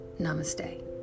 Namaste